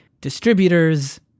distributors